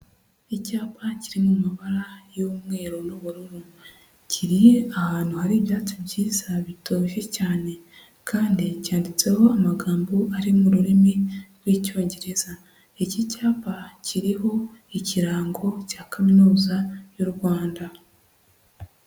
Icyapa kiri mu mabara y'umweru n'ubururu, kiri ahantu hari ibyatsi byiza bitoshye cyane kandi cyanditseho amagambo ari mu rurimi rw'icyongereza iki cyapa kiriho ikirango cya kaminuza y'u Rwanda.